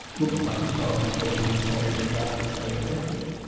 looks like you're solving a question of social justice, social equity.